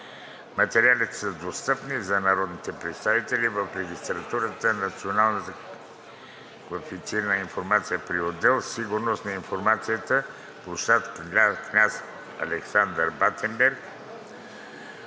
Материалите са достъпни за народните представители в Регистратурата на националната класифицирана информация при отдел „Сигурност на информация“, пл. „Княз Александър I“